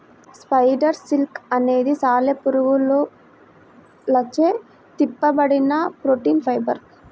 spider silk అనేది సాలెపురుగులచే తిప్పబడిన ప్రోటీన్ ఫైబర్